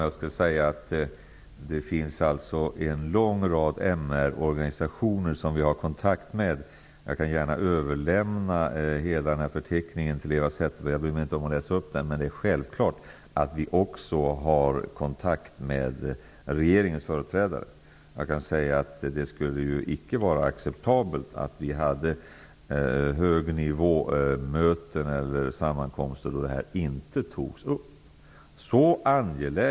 Fru talman! Det finns en lång rad MR organisationer som vi har kontakt med. Jag kan gärna överlämna hela förteckningen till Eva Zetterberg. Jag bryr mig inte om att läsa upp den. Men det är självklart att vi också har kontakt med regeringens företrädare. Det skulle icke vara acceptabelt att ha möten eller sammankomster på hög nivå och inte ta upp frågan.